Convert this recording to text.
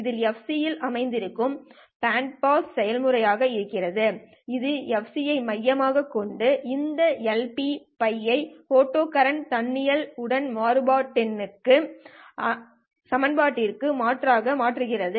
இதில் fc இல் அமர்ந்திருக்கும் பேண்ட் பாஸ் செயல்முறை ஆக இருக்கும் இது fc ஐ மையமாகக் கொண்டது இந்த LPτ ஐ போட்டோ கரண்ட்ன் தன்னியல் உடன் மாறுபாட்டெண்க்கு ஆன சமன்பாட்டிற்கு மாற்றாக மாற்றுகிறது